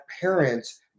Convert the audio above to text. parents